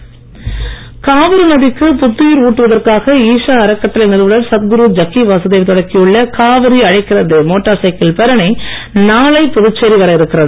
காவிரி அழைக்கிறது காவிரி நதிக்கு புத்துயிர் ஊட்டுவதற்காக ஈஷா அறக்கட்டளை நிறுவனர் சத்குரு ஜக்கி வாசுதேவ் தொடக்கியுள்ள காவிரி அழைக்கிறது மோட்டார் சைக்கிள் பேரணி நாளை புதுச்சேரி வர இருக்கிறது